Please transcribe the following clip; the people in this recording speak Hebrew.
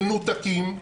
מנותקים,